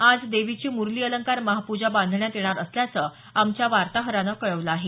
आज देवीची मुरली अलंकार महापूजा बांधण्यात येणार असल्याचं आमच्या वार्ताहरानं कळवलं आहे